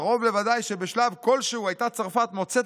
קרוב לוודאי שבשלב כלשהו הייתה צרפת מוצאת